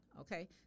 okay